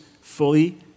fully